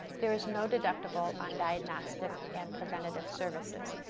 there is no deductible on diagnostic and preventative services.